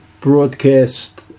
broadcast